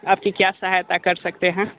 आपकी क्या सहायता कर सकते है